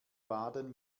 baden